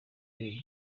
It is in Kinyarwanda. birori